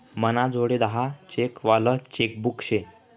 मनाजोडे दहा चेक वालं चेकबुक शे